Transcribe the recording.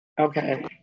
Okay